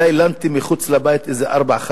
אולי לנתי מחוץ לבית איזה ארבעה,